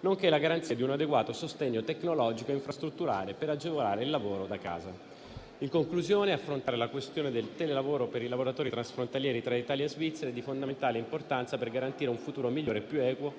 nonché la garanzia di un adeguato sostegno tecnologico e infrastrutturale per agevolare il lavoro da casa. In conclusione, affrontare la questione del telelavoro per i lavoratori transfrontalieri tra Italia e Svizzera è di fondamentale importanza per garantire un futuro migliore e più equo